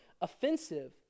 offensive